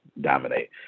dominate